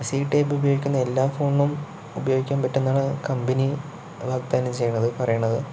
C type ഉപയോഗിക്കുന്ന എല്ലാ ഫോണിനും ഉപയോഗിക്കാൻ പറ്റുംന്നാണ് കമ്പനി വാഗ്ദാനം ചെയ്യണത് പറയണത്